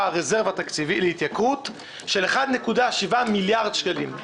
רזרבה להתייקרות של 1.7 מיליארד שקלים.